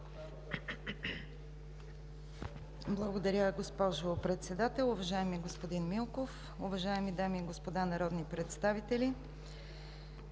Уважаема госпожо Председател, уважаеми господин Бонев, уважаеми дами и господа народни представители!